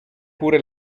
pure